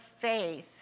faith